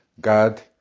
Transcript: God